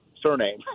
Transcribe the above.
surname